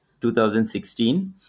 2016